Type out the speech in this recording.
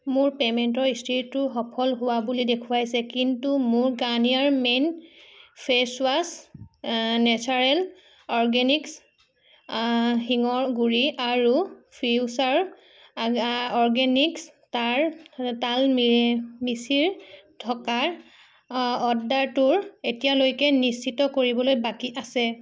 মোৰ পে'মেণ্টৰ স্থিতিটো সফল হোৱা বুলি দেখুৱাইছে কিন্তু মোৰ Garnier men face wash natural organics হিঙৰ গুড়ি আৰু ফিউচাৰ অৰ্গেনিক্ছ তাৰ তাল মি মিচিৰ থকাৰ অৰ্ডাৰটোৰ এতিয়ালৈকে নিশ্চিত কৰিবলৈ বাকী আছে